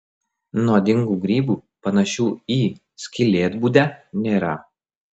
nuodingų grybų panašių į skylėtbudę nėra